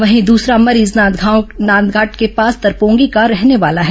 वहीं दूसरा मरीज नांदघाट के पास तरपोंगी का रहने वाला है